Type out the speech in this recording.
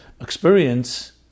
experience